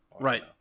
Right